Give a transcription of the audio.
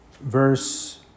verse